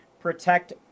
protect